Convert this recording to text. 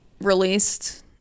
released